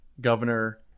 Governor